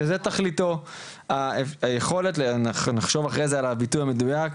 שזה תכליתו, נחשוב אחרי זה על הביטוי המדויק,